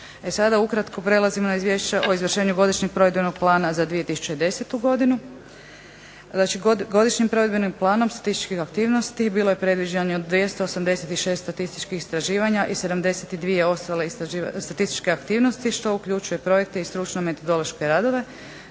sada ukratko prelazimo na izvješće o izvršenju godišnjeg provedbenog plana za 2010. godinu. Dakle godišnjim provedbenim planom statističkih aktivnosti bilo je predviđeno 286 statističkih istraživanja i 72 ostale statističke aktivnosti što uključuje projekte i stručne metodološke planove.